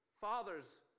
fathers